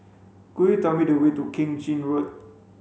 could you tell me the way to Keng Chin Road